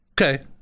Okay